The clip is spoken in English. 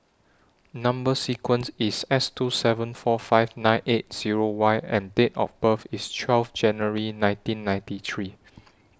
Number sequence IS S two seven four five nine eight Zero Y and Date of birth IS twelve January nineteen ninety three